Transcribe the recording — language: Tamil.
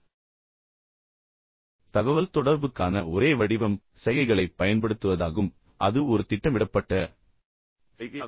எனவே தகவல்தொடர்புக்கான ஒரே வடிவம் சைகைகளைப் பயன்படுத்துவதாகும் பின்னர் அது ஒரு திட்டமிடப்பட்ட சைகையாகும்